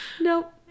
Nope